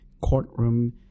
courtroom